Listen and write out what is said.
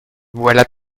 voilà